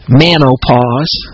menopause